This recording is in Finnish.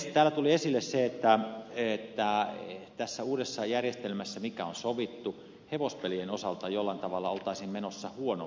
täällä tuli esille se että tässä uudessa järjestelmässä mikä on sovittu hevospelien osalta oltaisiin jollain tavalla menossa huonompaan suuntaan